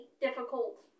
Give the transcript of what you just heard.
difficult